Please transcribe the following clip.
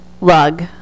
lug